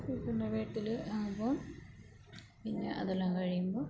ചെറുക്കൻ്റെ വീട്ടിൽ ആവുമ്പം പിന്നെ അതെല്ലാം കഴിയുമ്പോൾ